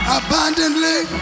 abundantly